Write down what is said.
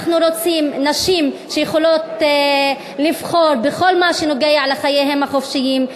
אנחנו רוצים נשים שיכולות לבחור בכל מה שקשור לחייהן החופשיים,